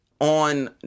on